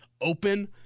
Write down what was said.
open